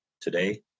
Today